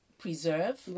preserve